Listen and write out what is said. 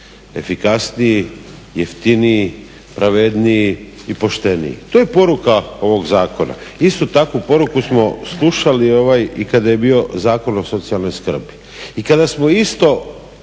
efikasniji, jeftiniji, pravedniji i pošteniji. To je poruka ovog zakona. Istu takvu poruku smo slušali i kada je bio Zakon o socijalnoj skrbi i kada smo isto